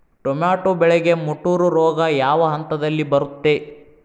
Tomato ಬೆಳೆಗೆ ಮುಟೂರು ರೋಗ ಯಾವ ಹಂತದಲ್ಲಿ ಬರುತ್ತೆ?